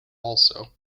also